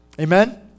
Amen